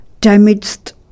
damaged